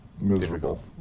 miserable